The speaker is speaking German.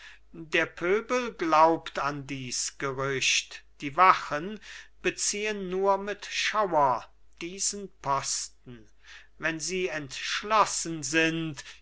der pöbel glaubt an dies gerücht die wachen beziehen nur mit schauer diesen posten wenn sie entschlossen sind